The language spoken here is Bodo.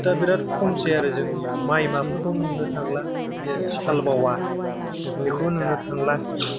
दा बेराद खमसै आरो जोंनियाव माइमाफोरखौनो मोननो थांला जेरै साल बावा बेखौबो नुनो थांला